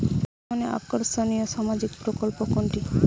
বর্তমানে আকর্ষনিয় সামাজিক প্রকল্প কোনটি?